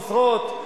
משרות,